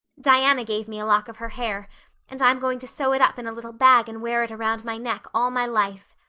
diana gave me a lock of her hair and i'm going to sew it up in a little bag and wear it around my neck all my life.